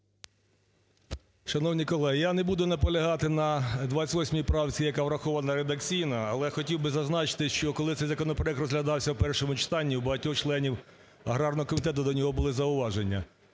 Шановні колеги! Я не буду наполягати на 28 правці, яка врахована редакційно, але хотів би зазначити, що коли цей законопроект розглядався в першому читанні, в багатьох членів аграрного комітету до нього були зауваження.